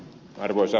täällä ed